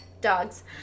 Dogs